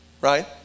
Right